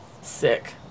sick